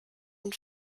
und